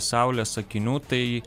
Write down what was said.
saulės akinių tai